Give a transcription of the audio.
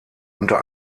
unter